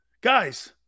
guys